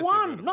one